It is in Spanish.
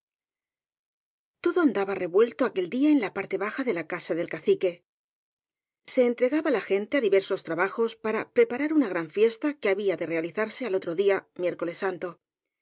todo andaba revuelto aquel día en la parte baja de la casa del cacique se entregaba la gente á di versos trabajos para preparar una gran fiesta que había de realizarse al otro día miércoles santo